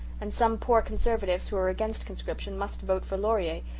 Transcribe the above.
and some poor conservatives who are against conscription must vote for laurier,